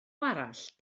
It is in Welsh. arall